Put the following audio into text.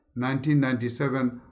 1997